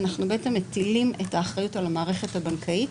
אנחנו מטילים את האחריות על המערכת הבנקאית,